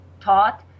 taught